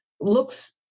looks